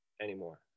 anymore